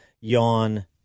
yawn